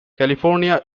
california